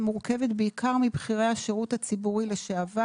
היא מורכבת בעיקר מבכירי השירות הציבורי לשעבר.